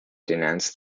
denounced